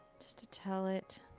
just to tell it.